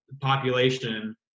population